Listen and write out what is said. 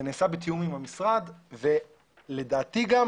נעשים בתיאום עם המשרד ולדעתי גם